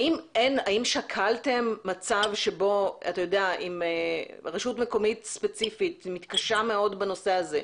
האם שקלתם מצב שבו אם רשות מקומית ספציפית מתקשה מאוד בנושא הזה,